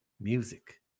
music